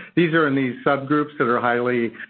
these are in these sub-groups that are highly,